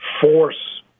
force